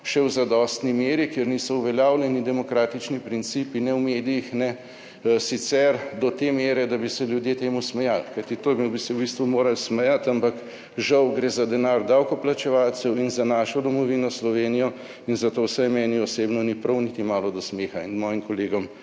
še v zadostni meri, kjer niso uveljavljeni demokratični principi ne v medijih ne sicer do te mere, da bi se ljudje temu smejali. Kajti temu bi se v bistvu morali smejati, ampak žal gre za denar davkoplačevalcev in za našo domovino Slovenijo in zato vsaj meni osebno ni prav niti malo do smeha in mojim kolegom